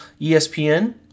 ESPN